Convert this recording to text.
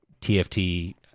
TFT